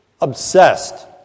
obsessed